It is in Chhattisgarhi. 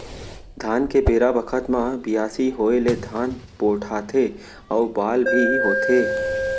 धान के बेरा बखत म बियासी होय ले धान पोठाथे अउ बाल भी होथे